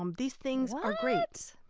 um these things are great.